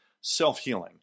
self-healing